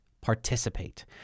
participate